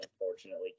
unfortunately